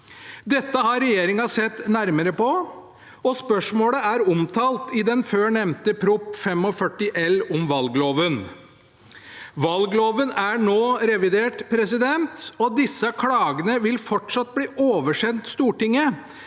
Dette har regjeringen sett nærmere på, og spørsmålet er omtalt i den før nevnte Prop. 45 L om valgloven. Valgloven er nå revidert, og disse klagene vil fortsatt bli oversendt Stortinget,